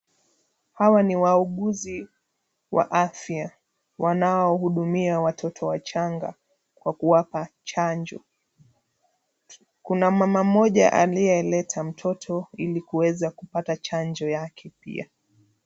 Hawa ni wauguzi wa afya, wanaohudumia watoto wachanga kwa kuwapa chanjo. Kuna mama mmoja aliyeleta mtoto, ili kuweza kupata chanjo yake pia.